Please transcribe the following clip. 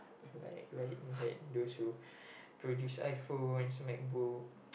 like like like those who those who produce iPhones MacBook